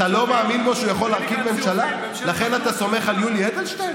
אתה הופך לשלום עכשיו.